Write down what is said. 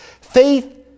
Faith